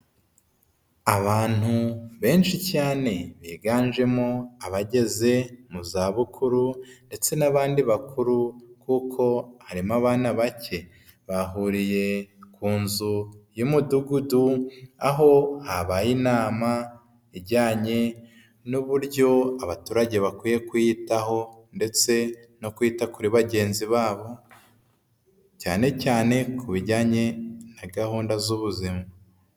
Abantu benshi cyane, biganjemo abageze mu zabukuru ndetse n'abandi bakuru kuko harimo abana bake. Bahuriye ku nzu y'umudugudu aho habaye inama ijyanye n'uburyo abaturage bakwiye kwiyitaho ndetse no kwita kuri bagenzi babo, cyane cyane ku bijyanye na gahunda z'ubuzima.